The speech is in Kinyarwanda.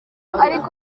ariko